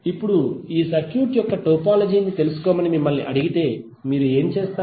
ఇప్పుడు ఈ సర్క్యూట్ యొక్క టోపోలజీ ని తెలుసుకోమని మిమ్మల్ని అడిగితే మీరు ఏమి చేస్తారు